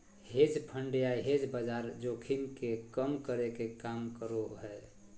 hedge fund या hedge बाजार जोखिम के कम करे के काम करो हय